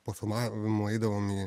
po filmavimo eidavom į